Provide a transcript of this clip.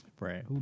Right